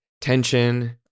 tension